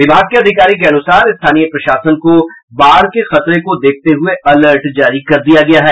विभाग के अधिकारी के अनुसार स्थानीय प्रशासन को बाढ़ के खतरे को देखते हुये अलर्ट जारी कर दिया गया है